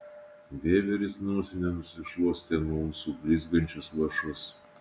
vėberis nosine nusišluostė nuo ūsų blizgančius lašus